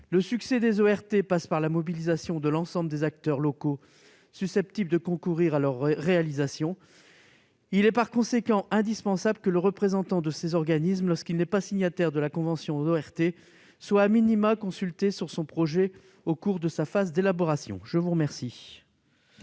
Le succès des ORT passe par la mobilisation de l'ensemble des acteurs locaux susceptibles de concourir à leur réalisation. Il est par conséquent indispensable que le représentant de ces organismes, lorsqu'il n'est pas signataire de la convention d'ORT, soit consulté sur son projet au cours de sa phase d'élaboration. Quel